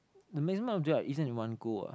the maximum of durian I eat in one go ah